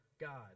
God